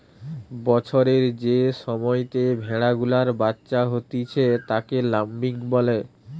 বছরের যে সময়তে ভেড়া গুলার বাচ্চা হতিছে তাকে ল্যাম্বিং বলে